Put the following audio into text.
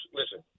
listen